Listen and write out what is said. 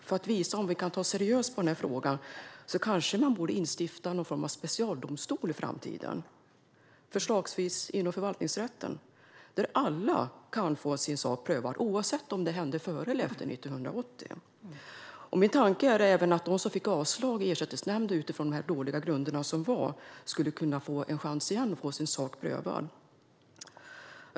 För att visa att vi ser seriöst på frågan kanske man borde instifta någon form av specialdomstol i framtiden, förslagsvis inom förvaltningsrätten, där alla kan få sin sak prövad oavsett om det hände före eller efter 1980. Min tanke är att även de som fick avslag i Ersättningsnämnden utifrån de dåliga grunderna skulle kunna få en chans igen att få sin sak prövad.